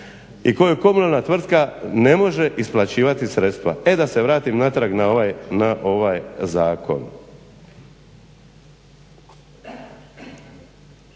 i koju komunalna tvrtka ne može isplaćivati sredstva. E da se vratim natrag na ovaj zakon.